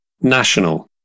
national